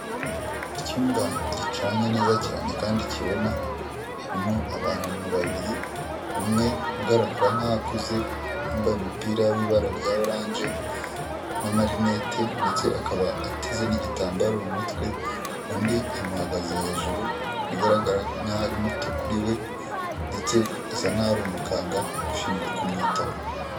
Icyumba gicanye neza cyane kandi kibona, harimo abantu babiri, umwe ugaragara nk'aho akuze, wambaye umupira w'ibara rya oranje n'amarinete ndetse akaba ateze n'igitambaro mu mutwe, undi amuhagaze hejuru bigaragara nk'aho ari muto kuri we ndetse asa nk'aho ari umuganga ushinzwe kumwitaho.